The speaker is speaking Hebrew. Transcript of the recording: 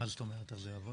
מה זאת אומרת איך זה יעבוד?